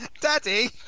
Daddy